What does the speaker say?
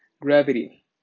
Gravity